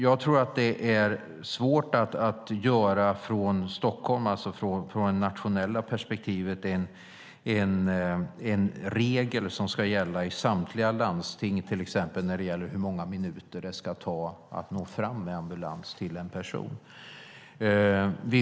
Jag tror att det är svårt att från nationellt perspektiv införa en regel som ska gälla i samtliga landsting, till exempel när det gäller hur många minuter det ska ta att nå fram med ambulans till en person.